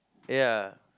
ya